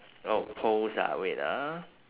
oh poles ah wait ah